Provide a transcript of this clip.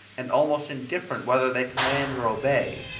and almost indifferent whether they command or obey,